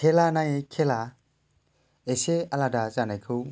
खेला नायै खेला एसे आलादा जानायखौ